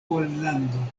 pollando